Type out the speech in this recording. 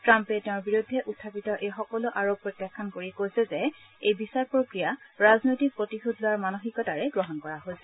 ট্ৰাম্পে তেওঁৰ বিৰুদ্ধে উখাপিত এই সকলো আৰোপ প্ৰত্যাখ্যান কৰি কৈছে যে এই বিচাৰ প্ৰক্ৰিয়া ৰাজনৈতিক প্ৰতিশোধ লোৱাৰ মানসিকতাৰে গ্ৰহণ কৰা হৈছে